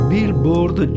Billboard